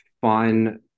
fun